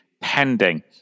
pending